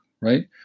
right